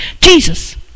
Jesus